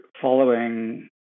following